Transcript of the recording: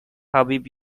habib